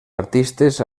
artistes